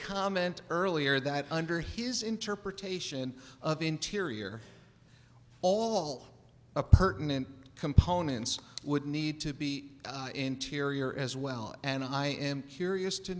comment earlier that under his interpretation of interior all the pertinent components would need to be interior as well and i am curious to